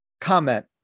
comment